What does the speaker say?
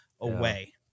away